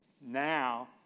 Now